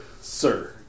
sir